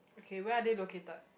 okay where are they located